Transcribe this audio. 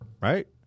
right